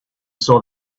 saw